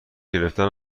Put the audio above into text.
گرفتن